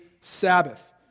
Sabbath